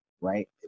right